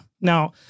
Now